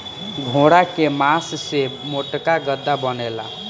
घोड़ा के मास से मोटका गद्दा बनेला